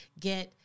get –